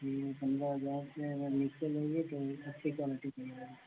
जी पन्द्रह हज़ार से अगर नीचे लेंगी तो अच्छी क्वालिटी नहीं आएगी